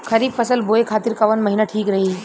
खरिफ फसल बोए खातिर कवन महीना ठीक रही?